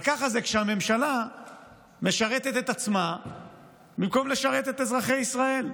אבל ככה זה כשהממשלה משרתת את עצמה במקום לשרת את אזרחי ישראל.